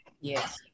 Yes